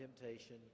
temptation